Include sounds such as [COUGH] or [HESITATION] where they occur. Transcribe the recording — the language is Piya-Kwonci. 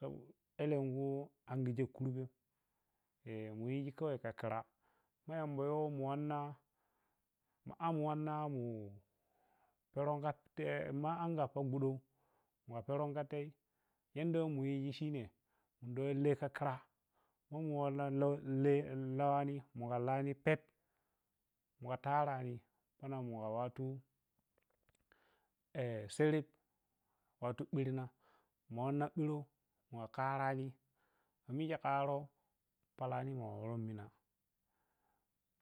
So alenkhu ansibem kurbe [HESITATION] mu yiji kha khira ma yambayoh mu wanna mu am wanna mu pərə khate ma angappa gwaɗa ma peren khatai yadda wai mu yiji shine lekha khira ma mu wanna lahni mugha lanih phep mu gha tarani sannan mugha wattu [HESITATION] serep wattu ɓirna mu wanna ɓirsh muwa karaji ma mikhei kharo palani ma worah minah